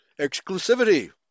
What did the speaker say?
Exclusivity